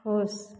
खुश